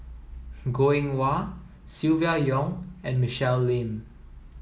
Goh Eng Wah Silvia Yong and Michelle Lim